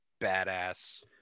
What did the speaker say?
badass